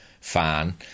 fan